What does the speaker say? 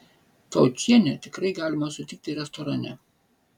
taučienę tikrai galima sutikti restorane